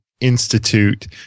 Institute